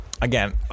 again